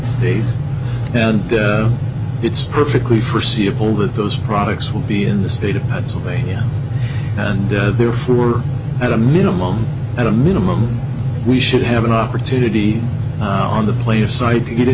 states and it's perfectly forseeable that those products will be in the state of pennsylvania and therefore at a minimum at a minimum we should have an opportunity on the players side to get in